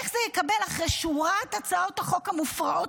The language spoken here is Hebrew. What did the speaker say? איך זה יתקבל אחרי שורת הצעות החוק המופרעות